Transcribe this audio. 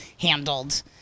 handled